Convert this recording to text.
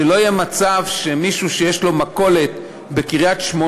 שלא יהיה מצב שמישהו שיש לו מכולת בקריית-שמונה